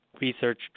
Research